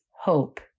hope